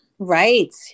Right